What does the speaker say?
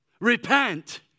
Repent